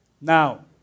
Now